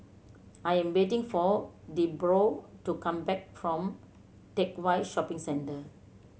I am waiting for Debroah to come back from Teck Whye Shopping Centre